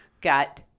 got